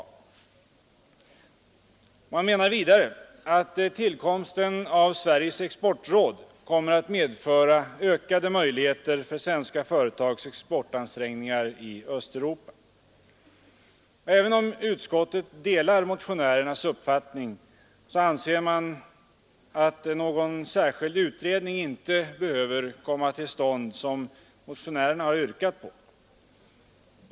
Och man menar vidare att tillkomsten av Sveriges exportråd kommer att medföra ökade möjligheter för svenska företags exportansträngningar i Östeuropa. Även om utskottet delar motionärernas uppfattning, så anser man att någon sådan särskild utredning som motionärerna har yrkat på inte behöver komma till stånd.